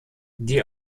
die